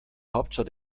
hauptstadt